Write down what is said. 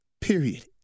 Period